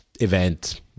event